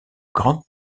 grande